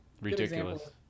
ridiculous